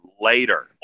later